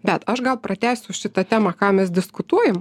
bet aš gal pratęsiu šitą temą ką mes diskutuojam